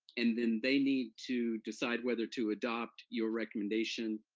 and then they need to decide whether to adopt your recommendation.